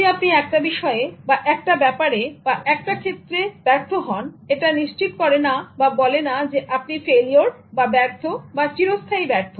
যদি আপনি একটা বিষয়ে একটা ব্যাপারে একটা ক্ষেত্রে ব্যর্থ হন এটা নিশ্চিত করে না বা বলে না যে আপনি ফেলিওর বা ব্যর্থ চিরস্থায়ী ব্যর্থ